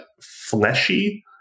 fleshy